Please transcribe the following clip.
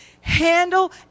handle